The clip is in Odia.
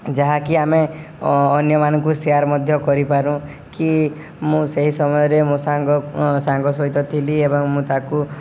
ଯାହାକି ଆମେ ଅନ୍ୟମାନଙ୍କୁ ସେୟାର୍ ମଧ୍ୟ କରିପାରୁ କି ମୁଁ ସେହି ସମୟରେ ମୋ ସାଙ୍ଗ ସାଙ୍ଗ ସହିତ ଥିଲି ଏବଂ ମୁଁ ତାକୁ